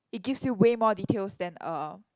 it gives you way more details than uh